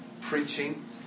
preaching